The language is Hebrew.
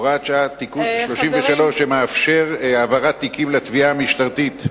הוראת שעה (תיקון מס' 33) שמאפשרת העברת תיקים לתביעה המשטרתית.